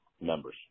members